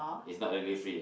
is not really free ah